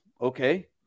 okay